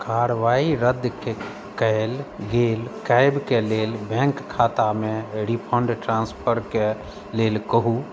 कार्यवाही रद्दके कयल गेल कैबके लेल बैंक खातामे रिफण्ड ट्रान्सफरके लेल कहू